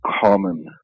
common